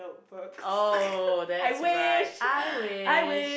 oh that's right I wish